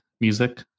music